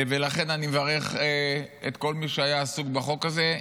ולכן אני מברך את כל מי שהיה עסוק בחוק הזה,